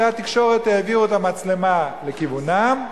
כלי התקשורת העבירו את המצלמה לכיוונם,